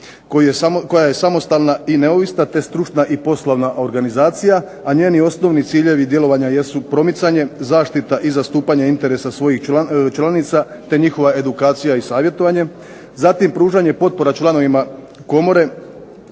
koja je samostalna i neovisna te stručna i poslovna organizacija a njeni osnovni ciljevi i djelovanje, promicanje, zaštita i zastupanje interesa svojih članica te njihova edukacija i savjetovanje, te pružanje potpora članovima Komore